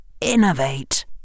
Innovate